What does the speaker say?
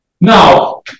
Now